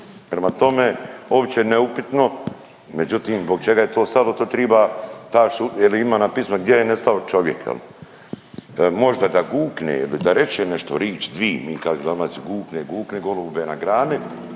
Prema tome opće neupitno, međutim zbog čega je to stalo to triba jer ima napismeno gdje je nestao čovjek jel. Možda da gukne ili da reće nešto rič dvi, mi kažemo u Dalmaciji gukne, gukni golube na grani,